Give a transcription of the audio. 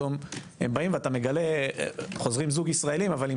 פתאום הם באים חזרו זוג ישראליים אבל עם